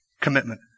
commitment